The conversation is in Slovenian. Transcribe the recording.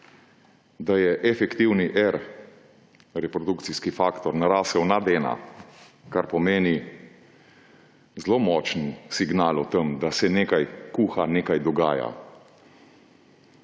da je efektivni R, reprodukcijski faktor, narasel nad 1, kar pomeni zelo močan signal o tem, da se nekaj kuha, nekaj dogaja.